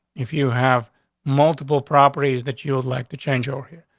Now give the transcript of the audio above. if you have multiple properties that you would like to change over here,